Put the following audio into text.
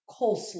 coleslaw